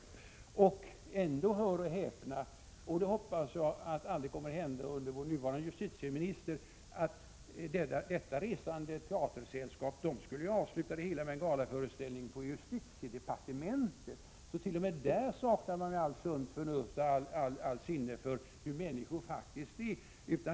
Detta resande teatersällskap skulle avsluta det hela med — hör och häpna, och jag hoppas att det aldrig kommer att hända under vår nuvarande justitieminister — en galaföreställning på justitiedepartementet. T.o. m. där saknade man alltså allt sunt förnuft och sinne för hur människor faktiskt är.